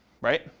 right